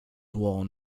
worn